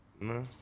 No